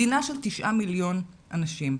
מדינה של תשעה מיליון אנשים,